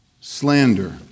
slander